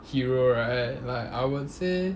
hero right like I would say